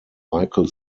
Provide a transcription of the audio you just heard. michael